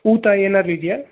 ಊತ ಏನಾರು ಇದೆಯಾ